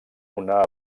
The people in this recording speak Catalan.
una